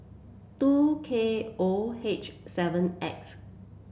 two K O H seven X